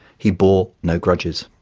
he bore no grudges.